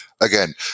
again